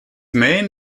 main